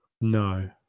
No